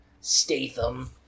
Statham